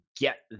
get